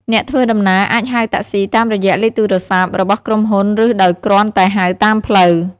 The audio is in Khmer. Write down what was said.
អ្នកធ្វើដំណើរអាចហៅតាក់ស៊ីតាមរយៈលេខទូរស័ព្ទរបស់ក្រុមហ៊ុនឬដោយគ្រាន់តែហៅតាមផ្លូវ។